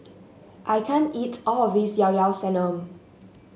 I can't eat all of this Llao Llao Sanum